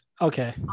Okay